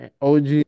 OG